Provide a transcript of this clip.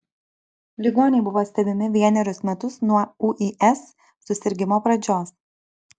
ligoniai buvo stebimi vienerius metus nuo ūis susirgimo pradžios